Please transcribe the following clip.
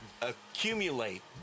accumulate